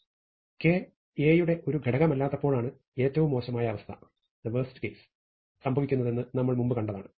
K A യുടെ ഒരു ഘടകമല്ലാത്തപ്പോഴാണ് ഏറ്റവും മോശമായ അവസ്ഥ സംഭവിക്കുന്നതെന്ന് നമ്മൾ മുമ്പ് കണ്ടതാണ്